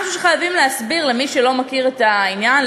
מה שחייבים להסביר למי שלא מכיר את העניין,